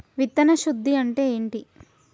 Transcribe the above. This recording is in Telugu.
విత్తన శుద్ధి అంటే ఏంటి?